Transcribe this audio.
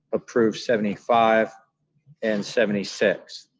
approve seventy five and seventy six.